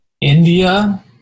India